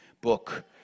Book